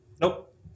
Nope